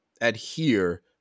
adhere